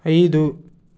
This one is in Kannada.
ಐದು